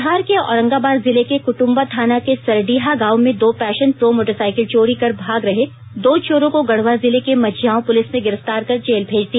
बिहार के औरंगाबाद जिले के कुटुंबा थाना के सरडीहा गांव से दो पैसन प्रो मोटरसाइकिल चोरी कर भाग रहे दो चोरों को गढ़वा जिले के मझिआंव पुलिस ने गिरफ्तार कर जेल भेज दिया